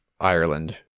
Ireland